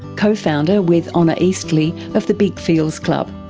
co-founder with honor eastly of the big feels club.